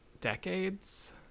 decades